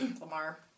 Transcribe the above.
Lamar